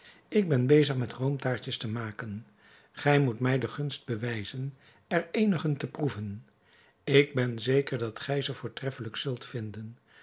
ik ben bezig met roomtaartjes te maken gij moet mij de gunst bewijzen er eenigen te proeven ik ben zeker dat gij ze voortreffelijk zult vinden